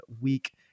week